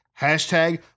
hashtag